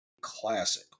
classic